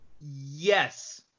yes